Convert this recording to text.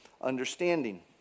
understanding